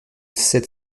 sept